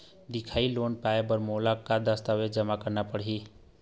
दिखाही लोन पाए बर मोला का का दस्तावेज जमा करना पड़ही?